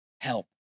help